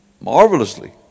marvelously